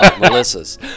Melissa's